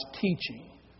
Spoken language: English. teaching